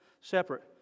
separate